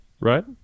Right